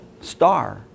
star